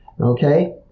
okay